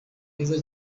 heza